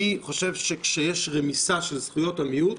אני חושב שכשיש רמיסה של זכויות המיעוט